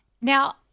Now